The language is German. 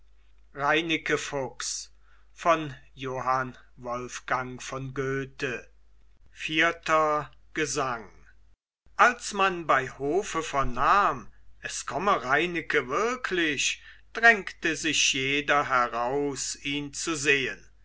vierter gesang als man bei hofe vernahm es komme reineke wirklich drängte sich jeder heraus ihn zu sehn